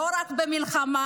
לא רק במלחמה,